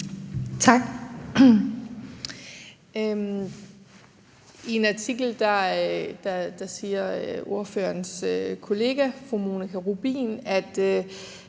Tak.